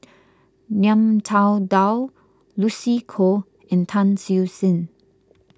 Ngiam Tong Dow Lucy Koh and Tan Siew Sin